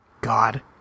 God